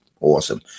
awesome